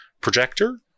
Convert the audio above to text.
projector